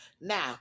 Now